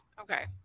Okay